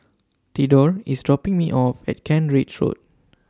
Thedore IS dropping Me off At Kent Ridge Road